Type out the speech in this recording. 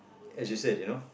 as you said you know